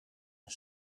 een